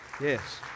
Yes